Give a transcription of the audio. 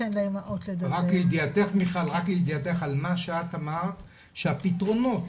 רק לידיעתך, מיכל, על מה שאת אמרת שהפתרונות